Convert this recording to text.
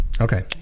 Okay